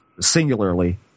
singularly